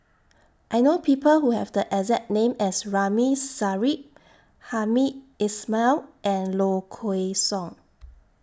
I know People Who Have The exact name as Ramli Sarip Hamed Ismail and Low Kway Song